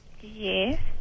Yes